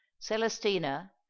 Celestina